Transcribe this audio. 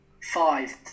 five